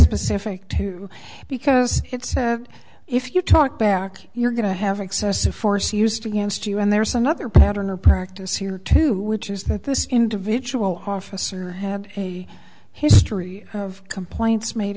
specific to because if you talk back you're going to have excessive force used against you and there's another pattern or practice here too which is that this individual officer had a history of complaints made